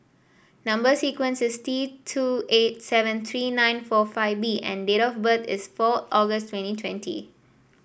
number sequence is T two eight seven three nine four five B and date of birth is four August twenty twenty